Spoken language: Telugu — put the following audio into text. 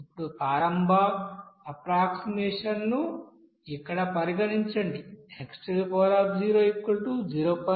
ఇప్పుడు ప్రారంభ అప్రాక్సినేషన్ ను ఇక్కడ పరిగణించండి x0